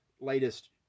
latest